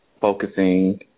focusing